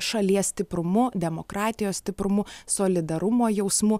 šalies stiprumu demokratijos stiprumu solidarumo jausmu